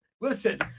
Listen